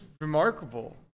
remarkable